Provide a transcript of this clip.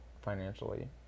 financially